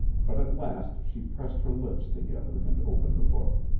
but at last she pressed her lips together and opened the book.